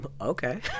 okay